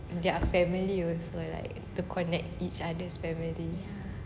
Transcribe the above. their family also like to connect each other's families